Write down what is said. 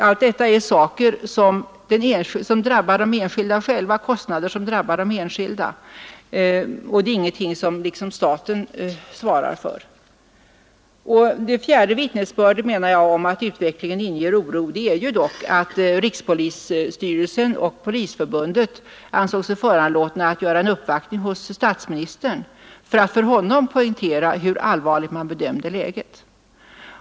Allt detta är kostnader som drabbar de enskilda, och det är ingenting som staten svarar för. Ett annat vittnesbörd om att utvecklingen inger oro är att rikspolisstyrelsen och Polisförbundet ansåg sig föranlåtna att göra en uppvaktning hos statsministern i syfte att för honom poängtera hur allvarligt man bedömde läget.